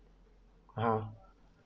a'ah